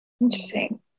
Interesting